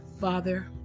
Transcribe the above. Father